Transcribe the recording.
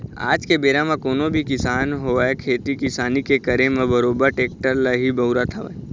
आज के बेरा म कोनो भी किसान होवय खेती किसानी के करे म बरोबर टेक्टर ल ही बउरत हवय